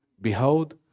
Behold